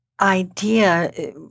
idea